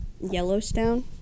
Yellowstone